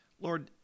Lord